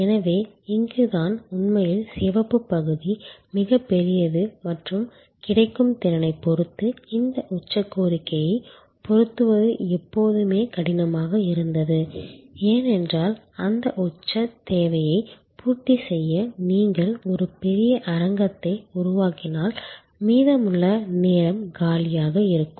எனவே இங்குதான் உண்மையில் சிவப்புப் பகுதி மிகப் பெரியது மற்றும் கிடைக்கும் திறனைப் பொறுத்து இந்த உச்சக் கோரிக்கையைப் பொருத்துவது எப்போதுமே கடினமாக இருந்தது ஏனென்றால் அந்த உச்சத் தேவையைப் பூர்த்தி செய்ய நீங்கள் ஒரு பெரிய அரங்கத்தை உருவாக்கினால் மீதமுள்ள நேரம் காலியாக இருக்கும்